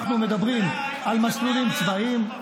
אנחנו מדברים על מסלולים צבאיים,